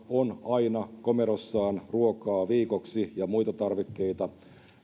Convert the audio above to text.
on aina komerossaan ruokaa viikoksi ja muita tarvikkeita